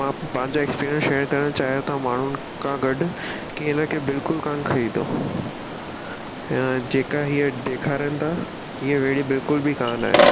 मां पंहिंजा experience share करणु चाहियां थो माण्हुनि खां गॾु की इन खे बिल्कुलु कोन ख़रीदो ऐं जेका हीअ ॾेखारनि था हीअ वेड़ी बिल्कुल बि कोन आहे